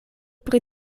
pri